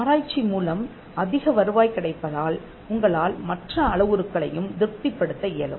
ஆராய்ச்சி மூலம் அதிக வருவாய் கிடைப்பதால் உங்களால் மற்ற அளவுருக்களையும் திருப்திப் படுத்த இயலும்